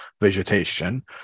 vegetation